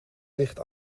ligt